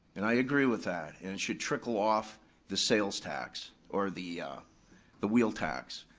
and i agree with that, and it should trickle off the sales tax or the the wheel tax.